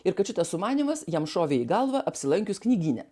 ir kad šitas sumanymas jam šovė į galvą apsilankius knygyne